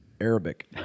Arabic